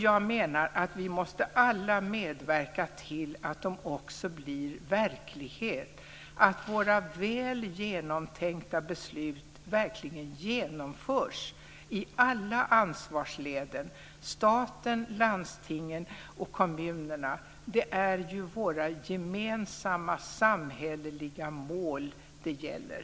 Jag menar att vi alla måste medverka till att de också blir verklighet, att våra väl genomtänkta beslut verkligen genomförs i alla ansvarsled, staten, landstingen och kommunerna. Det är ju våra gemensamma samhälleliga mål det gäller.